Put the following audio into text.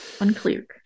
unclear